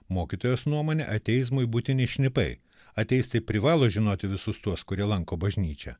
mokytojos nuomone ateizmui būtini šnipai ateistai privalo žinoti visus tuos kurie lanko bažnyčią